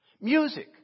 Music